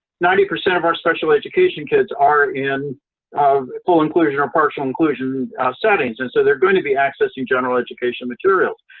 ninety percent of our special education kids are in full inclusion or partial inclusion settings, and so they're going to be accessing general education materials.